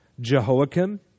Jehoiakim